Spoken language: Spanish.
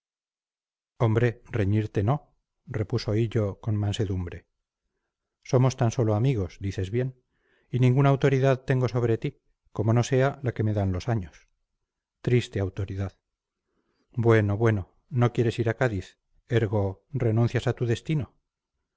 hombre reñirte no repuso hillo con mansedumbre somos tan sólo amigos dices bien y ninguna autoridad tengo sobre ti como no sea la que me dan los años triste autoridad bueno bueno no quieres ir a cádiz ergo renuncias a tu destino